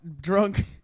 drunk